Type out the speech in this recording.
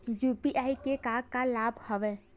UPI के का का लाभ हवय?